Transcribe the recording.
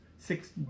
six